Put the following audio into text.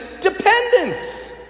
dependence